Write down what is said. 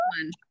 one